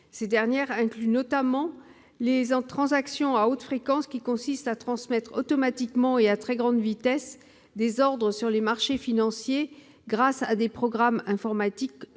journée. Elles incluent notamment les transactions à haute fréquence, consistant à transmettre automatiquement et à très grande vitesse des ordres sur les marchés financiers, grâce à des programmes informatiques